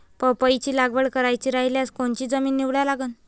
पपईची लागवड करायची रायल्यास कोनची जमीन निवडा लागन?